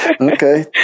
Okay